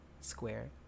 square